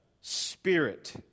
Spirit